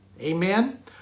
amen